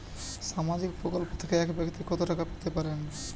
সামাজিক প্রকল্প থেকে এক ব্যাক্তি কত টাকা পেতে পারেন?